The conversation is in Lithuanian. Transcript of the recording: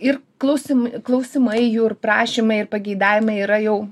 ir klausim klausimai jų ir prašymai ir pageidavimai yra jau